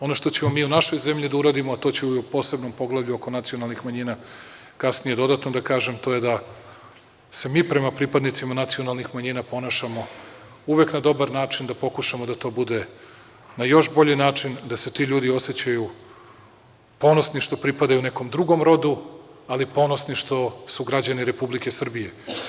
Ono što ćemo mi u našoj zemlji da uradimo, a to ću u posebnom poglavlju oko nacionalnih manjina, kasnije dodatno da kažem, to je da se mi prema pripadnicima nacionalnim manjina ponašamo uvek na dobar način, dapokušamo da to bude na još bolji način, da se ti ljudi osećaju ponosni što pripadaju nekom drugom rodu, ali ponosni što su građani Republike Srbije.